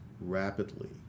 rapidly